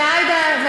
ועאידה.